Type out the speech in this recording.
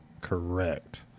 Correct